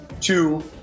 two